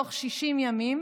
בתוך 60 ימים,